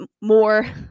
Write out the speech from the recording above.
more